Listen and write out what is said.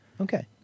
Okay